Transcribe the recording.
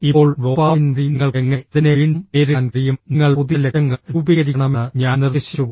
ഇപ്പോൾ ഡോപാമൈൻ വഴി നിങ്ങൾക്ക് എങ്ങനെ അതിനെ വീണ്ടും നേരിടാൻ കഴിയും നിങ്ങൾ പുതിയ ലക്ഷ്യങ്ങൾ രൂപീകരിക്കണമെന്ന് ഞാൻ നിർദ്ദേശിച്ചു